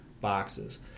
boxes